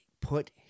put